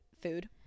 Food